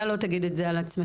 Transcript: אתה לא תגיד את זה על עצמך,